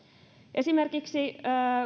esimerkiksi